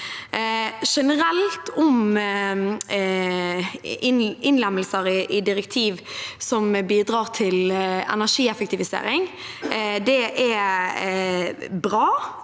Generelt om innlemmelse av direktiv som bidrar til energieffektivisering: Det er bra.